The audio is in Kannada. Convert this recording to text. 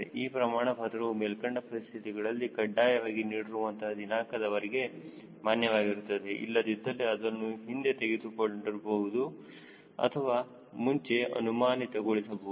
ಈ ಪ್ರಮಾಣ ಪತ್ರವು ಮೇಲ್ಕಂಡ ಪರಿಸ್ಥಿತಿಗಳಲ್ಲಿ ಕಡ್ಡಾಯವಾಗಿ ನೀಡಿರುವ ದಿನಾಂಕದವರೆಗೆ ಮಾನ್ಯವಾಗಿರುತ್ತದೆ ಇಲ್ಲದಿದ್ದಲ್ಲಿ ಅದನ್ನು ಹಿಂದೆ ತೆಗೆದು ಕೊಂಡಿರಬಹುದು ಅಥವಾ ಮುಂಚೆ ಅಮಾನತುಗೊಳಿಸಬಹುದು